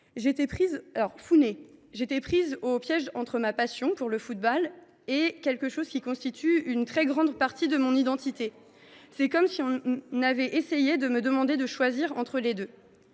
J’étais prise au piège entre ma passion [pour le football] et quelque chose qui constitue une très grande partie de mon identité. C’est comme si on avait essayé de me demander de choisir entre les deux.